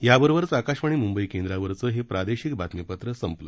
याबरोबरच आकाशवाणी मुंबई केंद्रावरचं हे प्रादेशिक बातमीपत्र संपलं